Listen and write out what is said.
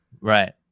right